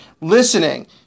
listening